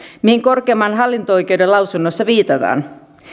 mihin korkeimman hallinto oikeuden lausunnossa viitataan